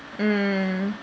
mm